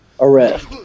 Arrest